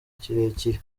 kirekire